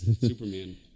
Superman